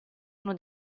uno